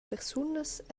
persunas